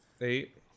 Eight